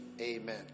amen